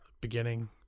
Beginning